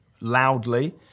loudly